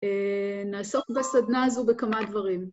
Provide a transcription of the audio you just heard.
נעסוק בסדנה הזו בכמה דברים.